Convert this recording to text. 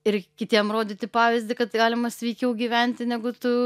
ir kitiem rodyti pavyzdį kad galima sveikiau gyventi negu tu